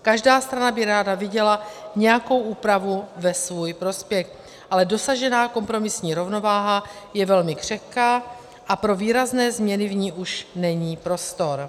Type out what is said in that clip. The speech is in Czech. Každá strana by ráda viděla nějakou úpravu ve svůj prospěch, ale dosažená kompromisní rovnováha je velmi křehká a pro výrazné změny v ní už není prostor.